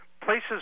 places